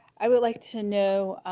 i would like to know